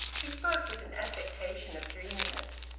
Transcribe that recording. he spoke with an affectation of dreaminess.